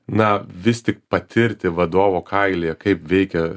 na vis tik patirti vadovo kailyje kaip veikia